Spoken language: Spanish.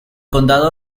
condado